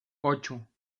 ocho